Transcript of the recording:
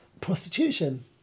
prostitution